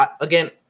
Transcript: again